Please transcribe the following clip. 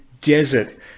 desert